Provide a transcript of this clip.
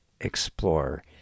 explore